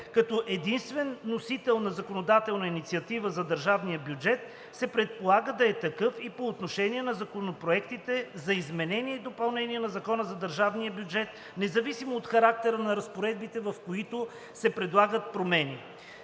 като единствен носител на законодателна инициатива за държавния бюджет, се предполага да е такъв и по отношение на законопроектите за изменение и допълнение на закона за държавния бюджет, независимо от характера на разпоредбите, в които се предлагат промени.